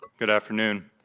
good afternoon.